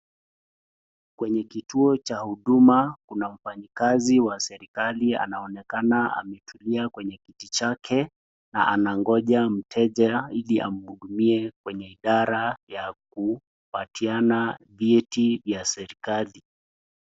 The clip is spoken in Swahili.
Kwenye kituo cha huduma, kuna mfanyi kazi wa serikali anaonekana ametulia kwenye kiti chake, na anangoja mteja ili amhudumie kwenye idara ya kupatiana vyeti vya serikali.